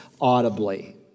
audibly